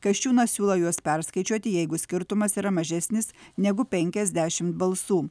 kasčiūnas siūlo juos perskaičiuoti jeigu skirtumas yra mažesnis negu penkiasdešimt balsų